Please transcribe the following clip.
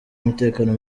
w’umutekano